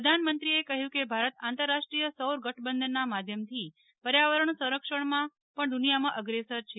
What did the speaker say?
પ્રધાનમંત્રીએ કહ્યું કે ભારત આંતરરાષ્ટ્રીય સૌર ગઠબંધનના માધ્યમથી પર્યાવરણ સંરક્ષણમાં પણ દુનિયામાં અગ્રેસર છે